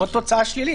או תוצאה שלילית.